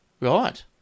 Right